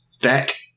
Deck